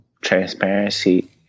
transparency